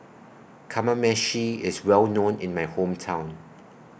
Kamameshi IS Well known in My Hometown